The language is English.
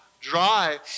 dry